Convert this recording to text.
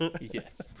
Yes